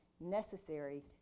necessary